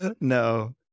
No